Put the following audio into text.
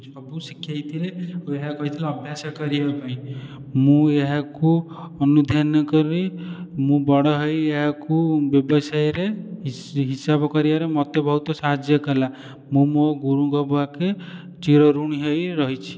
ସବୁ ଶିଖେଇଥିଲେ ଓ ଏହା କହିଥିଲେ ଅଭ୍ୟାସ କରିବା ପାଇଁ ମୁଁ ଏହାକୁ ଅନୁଧ୍ୟାନ କରି ମୁଁ ବଡ଼ ହୋଇ ଏହାକୁ ବ୍ୟବସାୟରେ ହିସାବ କରିବାରେ ମୋତେ ବହୁତ ସାହାଯ୍ୟ କଲା ମୁଁ ମୋ ଗୁରୁଙ୍କ ପାଖେ ଚିର ଋଣୀ ହୋଇ ରହିଛି